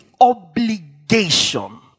obligation